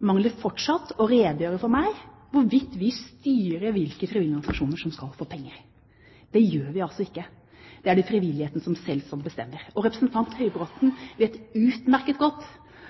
mangler fortsatt å redegjøre for meg hvorvidt vi styrer hvilke frivillige organisasjoner som skal få penger. Det gjør vi altså ikke. Det er det frivilligheten selv som bestemmer. Representanten